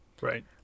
Right